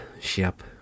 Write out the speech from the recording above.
ship